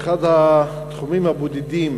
אחד התחומים הבודדים